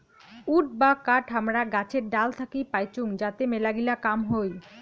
would বা কাঠ হামারা গাছের ডাল থাকি পাইচুঙ যাতে মেলাগিলা কাম হই